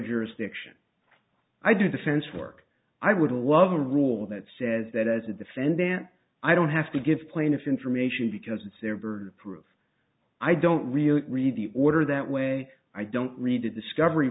jurisdiction i do defense work i would love a rule that says that as a defendant i don't have to give plaintiff information because it's their burden of proof i don't really read the order that way i don't read the discovery